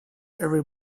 every